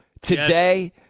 today